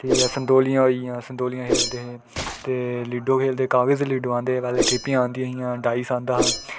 ते संतोलिया होइया संतोलिया खेल्लदे हे ते लीडो खेलदे हे कागज़ औंदे हे पैह्लें ठीपियां औंदियां हियां डाइस आंदा हा